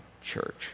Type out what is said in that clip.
church